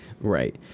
Right